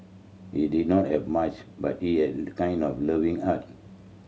he did not have much but he had a kind and loving heart